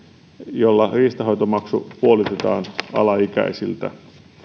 jolla riistanhoitomaksu puolitetaan alaikäisiltä